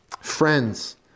Friends